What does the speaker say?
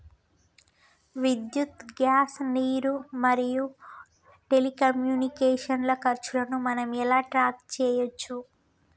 విద్యుత్ గ్యాస్ నీరు మరియు టెలికమ్యూనికేషన్ల ఖర్చులను మనం ఎలా ట్రాక్ చేయచ్చు?